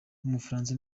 w’umufaransa